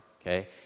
okay